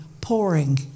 pouring